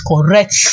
correct